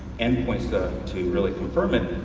end points to really confirm it,